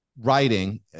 writing